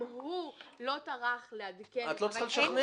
אם הוא לא טרח לעדכן --- את לא צריכה לשכנע.